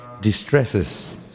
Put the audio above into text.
distresses